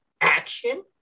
action